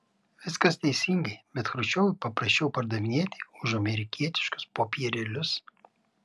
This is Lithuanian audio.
viskas teisingai bet chruščiovui paprasčiau pardavinėti už amerikietiškus popierėlius